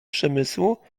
przemysłu